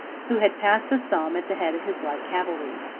who had passed the somme at the head of his light cavalry.